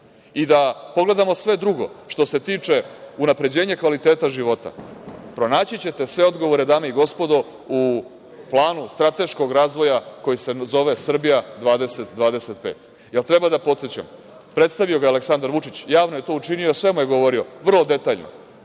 pogledamo i sve drugo što se tiče unapređenja kvaliteta života, pronaći ćete sve odgovore dame i gospodo u planu strateškog razvoja koji se zove Srbija 20-25. Jel treba da podsećam? Predstavio ga je Aleksandar Vučić. Javno je to učinio i o svemu je govorio, vrlo detaljno.